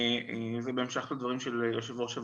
זה בהמשך לדברים של יושבת ראש הוועדה.